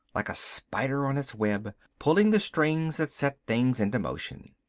like a spider on its web, pulling the strings that set things into motion.